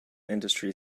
industry